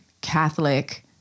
Catholic